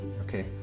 Okay